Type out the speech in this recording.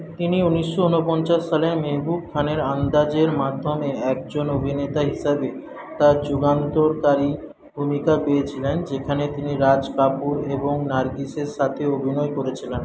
তিনি উনিশশো উনপঞ্চাশ সালে মেহবুব খানের আন্দাজ এর মাধ্যমে একজন অভিনেতা হিসাবে তার যুগান্তকারী ভূমিকা পেয়েছিলেন যেখানে তিনি রাজ কাপুর এবং নার্গিসের সাথে অভিনয় করেছিলেন